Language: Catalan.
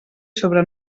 sobre